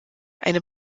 eine